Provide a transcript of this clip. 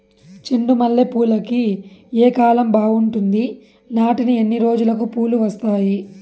చెండు మల్లె పూలుకి ఏ కాలం బావుంటుంది? నాటిన ఎన్ని రోజులకు పూలు వస్తాయి?